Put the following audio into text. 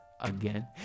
again